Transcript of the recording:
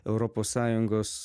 europos sąjungos